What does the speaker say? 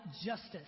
justice